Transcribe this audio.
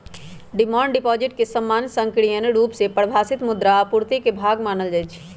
demand deposit के सामान्य संकीर्ण रुप से परिभाषित मुद्रा आपूर्ति के भाग मानल जाइ छै